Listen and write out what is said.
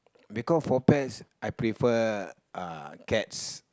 because for pets I prefer uh cats